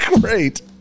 great